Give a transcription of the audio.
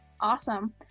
Awesome